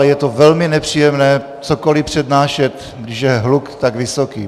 Je velmi nepříjemné cokoli přednášet, když je hluk tak vysoký.